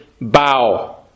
bow